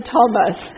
Thomas